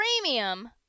Premium